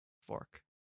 Fork